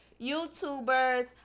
YouTubers